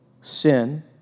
Sin